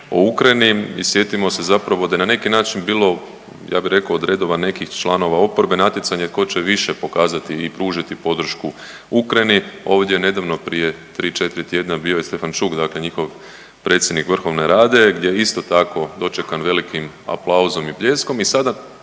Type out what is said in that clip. o Ukrajini i sjetimo se zapravo da je na neki način bilo ja bi rekao o redova nekih članova oporbe natjecanje tko će više pokazati i pružiti podršku Ukrajini. Ovdje je nedavno prije 3-4 tjedna bio i Stefančuk, dakle njihov predsjednik Verhovne Rade gdje je isto tako dočekan velikim aplauzom i pljeskom